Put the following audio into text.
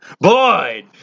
Boy